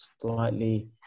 slightly